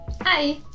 Hi